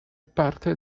parte